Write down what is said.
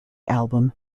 album